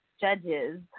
judges